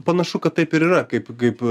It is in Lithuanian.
panašu kad taip ir yra kaip kaip